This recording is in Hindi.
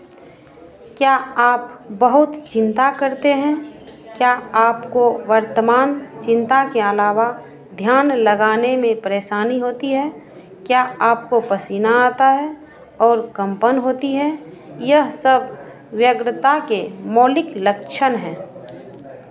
क्या आप बहुत चिंता करते हैं क्या आपको वर्तमान चिंता के अलावा ध्यान लगाने में परेशानी होती है क्या आपको पसीना आता है और कंपन होती है यह सब व्यग्रता के मौलिक लक्षण हैं